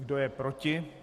Kdo je proti?